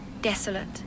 Desolate